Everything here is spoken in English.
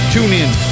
TuneIn